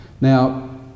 Now